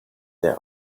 their